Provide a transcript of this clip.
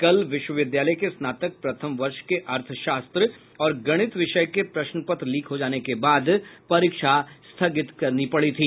कल विश्वविद्यालय के स्नातक प्रथम वर्ष के अर्थशास्त्र और गणित विषय के प्रश्न पत्र लीक हो जाने के बाद परीक्षा स्थगित करनी पड़ी